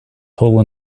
total